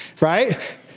right